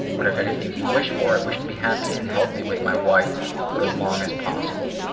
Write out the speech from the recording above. what if anything you you wish for? i wish to be happy and healthy with my wife for as long as possible.